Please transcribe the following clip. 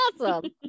Awesome